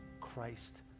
Christ